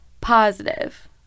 positive